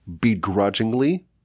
begrudgingly